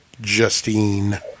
Justine